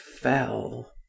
fell